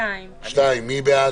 רוויזיה על הסתייגות מס' 2. מי בעד?